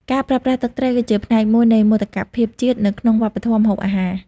ការប្រើប្រាស់ ទឹកត្រីគឺជាផ្នែកមួយនៃមោទកភាពជាតិនៅក្នុងវប្បធម៌ម្ហូបអាហារ។